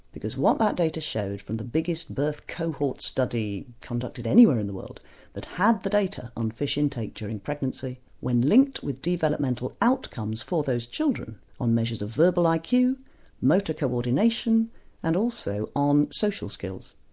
because what that data showed from the biggest birth cohort study conducted anywhere in the world that had the data on fish intake during pregnancy when linked with developmental outcomes for those children on measures of verbal like iq, motor co-ordination and also on social skills,